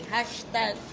Hashtag